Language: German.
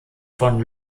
von